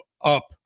up